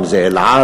אם "אל על",